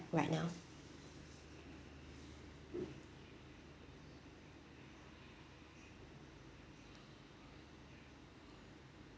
right now